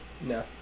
No